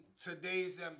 today's –